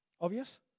Obvious